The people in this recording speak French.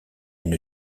une